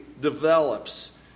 develops